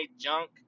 junk